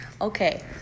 Okay